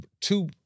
two